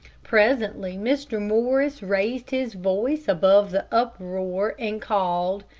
presently mr. morris raised his voice above the uproar, and called,